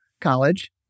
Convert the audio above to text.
College